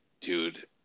dude